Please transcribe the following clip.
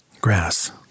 Grass